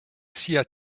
sia